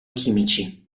chimici